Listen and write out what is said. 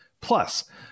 Plus